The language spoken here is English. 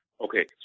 Okay